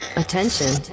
Attention